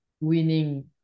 winning